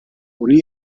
uni